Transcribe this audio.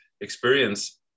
experience